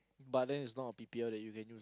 but then it's not a P_P_L that you can do